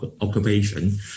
occupation